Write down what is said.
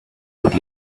would